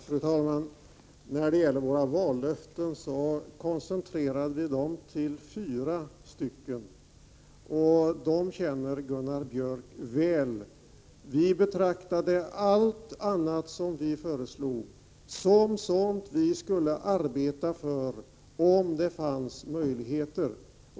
Fru talman! Våra vallöften koncentrerades till fyra stycken, och dem känner Gunnar Björk i Gävle väl. Vi betraktade allt annat som vi föreslog som sådant vi skulle arbeta för om det fanns möjligheter.